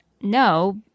no